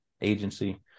agency